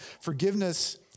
Forgiveness